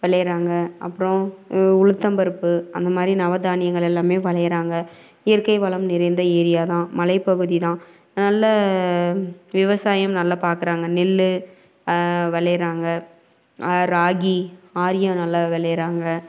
விளையிறாங்க அப்புறம் உளுத்தம் பருப்பு அந்த மாதிரி நவதானியங்கள் எல்லாமே விளையிறாங்க இயற்கை வளம் நிறைந்த ஏரியா தான் மலை பகுதி தான் நல்ல விவசாயம் நல்லா பார்க்குறாங்க நெல்லு விளையிறாங்க ராகி ஆரியம் நல்லா விளையிறாங்க